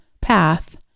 path